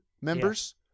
members